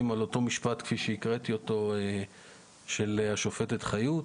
על אותו משפט כפי שהקראתי אותו של השופטת חיות,